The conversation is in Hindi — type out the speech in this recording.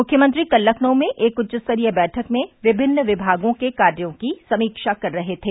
मुख्यमंत्री कल लखनऊ में एक उच्चस्तरीय बैठक में विभिन्न विभागों के कार्यों की समीक्षा कर रहे थे